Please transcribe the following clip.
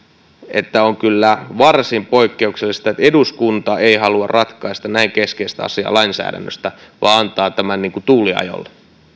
on kyllä varsin poikkeuksellista että eduskunta ei halua ratkaista näin keskeistä asiaa lainsäädännöstä vaan antaa tämän niin kuin tuuliajolle